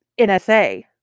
NSA